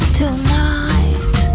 tonight